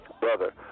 Brother